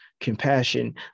compassion